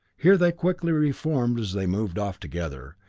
here they quickly reformed as they moved off together,